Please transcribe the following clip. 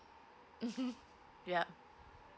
yup